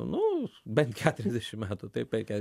nu bent keturiasdešim metų taip veikia